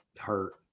hurt